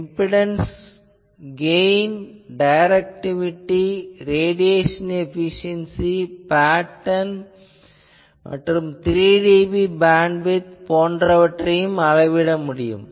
impedance gain directivity radiation efficiency pattern மற்றும் 3dB beam width போன்றவற்றை அளவிட முடியும்